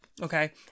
Okay